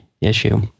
issue